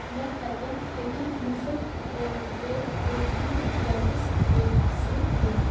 مےٚ کتٮ۪ن ہیٚکہِ مُفٕت کوربہِ کوربِویٚکس ویکسیٖن مِلِتھ